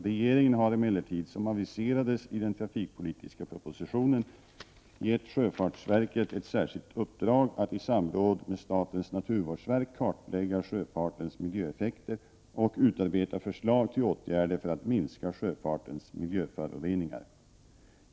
Regeringen har emellertid, som aviserades i den trafikpolitiska propositionen, givit sjöfartsverket ett särskilt uppdrag att i samråd med statens naturvårdsverk kartlägga sjöfartens miljöeffekter och utarbeta förslag till åtgärder för att minska sjöfartens miljöföroreningar.